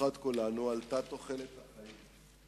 לשמחת כולנו, עלתה תוחלת החיים,